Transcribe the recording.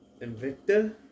Invicta